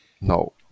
No